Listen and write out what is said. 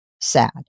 SAD